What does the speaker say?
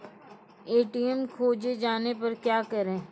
ATM खोजे जाने पर क्या करें?